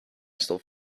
stof